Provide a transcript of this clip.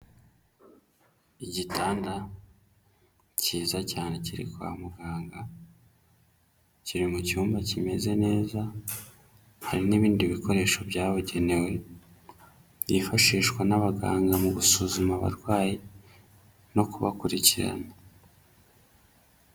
Igitanda cyiza cyane kiri kwa muganga, kiri mu cyumba kimeze neza, hari n'ibindi bikoresho byabugenewe, byifashishwa n'abaganga mu gusuzuma abarwayi no kubakurikirana.